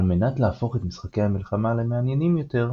על מנת להפוך את משחקי המלחמה למעניינים יותר,